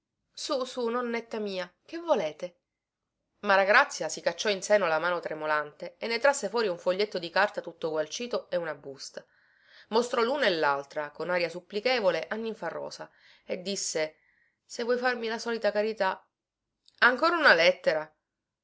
su su nonnetta mia che volete maragrazia si cacciò in seno la mano tremolante e ne trasse fuori un foglietto di carta tutto gualcito e una busta mostrò luno e laltra con aria supplichevole a ninfarosa e disse se vuoi farmi la solita carità ancora una lettera